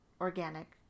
organic